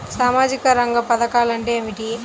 సామాజిక రంగ పధకాలు అంటే ఏమిటీ?